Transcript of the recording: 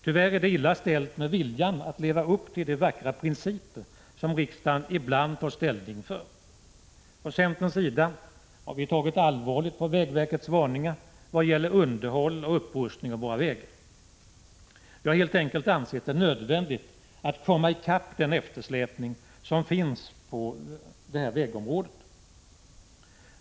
Tyvärr är det illa ställt med viljan att leva upp till de vackra principer som riksdagen ibland tar ställning för. Från centerns sida har vi tagit allvarligt på vägverkets varningar vad gäller underhåll och upprustning av våra vägar. Vi har helt enkelt ansett det nödvändigt att komma i kapp den eftersläpning som finns på vägområdet.